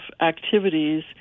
activities